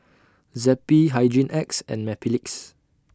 Zappy Hygin X and Mepilex